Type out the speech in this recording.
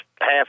half